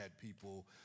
people